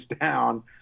down